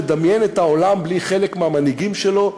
לדמיין את העולם בלי חלק מהמנהיגים שלו.